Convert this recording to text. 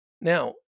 Now